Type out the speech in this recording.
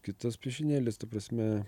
kitas piešinėlis ta prasme